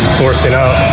forcing out,